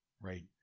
right